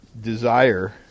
desire